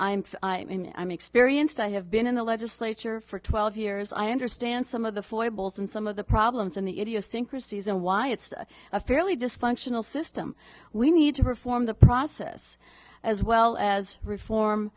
and i'm experienced i have been in the legislature for twelve years i understand some of the foibles and some of the problems and the idiosyncrasies and why it's a fairly dysfunctional system we need to perform the process as well as reform